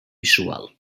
visual